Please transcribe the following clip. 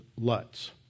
Lutz